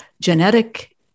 genetic